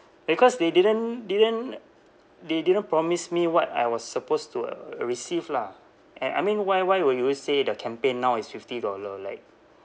because they didn't didn't they didn't promise me what I was supposed to uh receive lah and I mean why why would you always say the campaign now is fifty dollar like